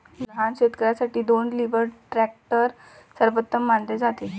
लहान शेतकर्यांसाठी दोन व्हीलर ट्रॅक्टर सर्वोत्तम मानले जाते